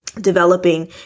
developing